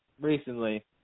recently